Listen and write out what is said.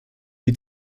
die